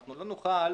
לא נוכל